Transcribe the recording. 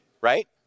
right